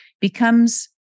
becomes